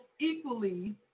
equally